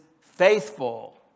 faithful